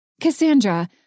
Cassandra